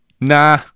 nah